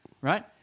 right